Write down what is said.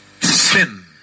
sin